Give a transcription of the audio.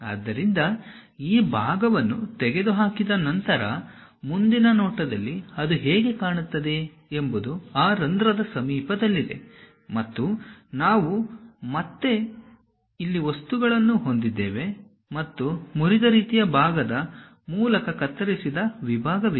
ಆದ್ದರಿಂದ ಆ ಭಾಗವನ್ನು ತೆಗೆದುಹಾಕಿದ ನಂತರ ಮುಂದಿನ ನೋಟದಲ್ಲಿ ಅದು ಹೇಗೆ ಕಾಣುತ್ತದೆ ಎಂಬುದು ಆ ರಂಧ್ರದ ಸಮೀಪದಲ್ಲಿದೆ ಮತ್ತು ನಾವು ಮತ್ತೆ ಇಲ್ಲಿ ವಸ್ತುಗಳನ್ನು ಹೊಂದಿದ್ದೇವೆ ಮತ್ತು ಮುರಿದ ರೀತಿಯ ಭಾಗದ ಮೂಲಕ ಕತ್ತರಿಸಿದ ವಿಭಾಗವಿದೆ